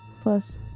plus